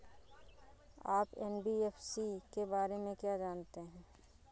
आप एन.बी.एफ.सी के बारे में क्या जानते हैं?